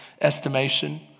estimation